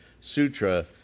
sutra